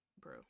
bro